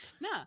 No